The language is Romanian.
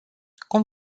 cum